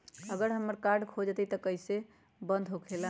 अगर हमर कार्ड खो जाई त इ कईसे बंद होकेला?